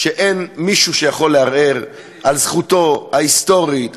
שאין מישהו שיכול לערער על זכותו ההיסטורית,